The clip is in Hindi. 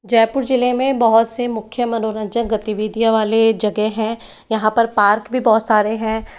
जयपुर ज़िले में बहुत से मुख्य मनोरंजन गतिविधियाँ वाले जगह हैं यहाँ पर पार्क भी बहुत सारे हैं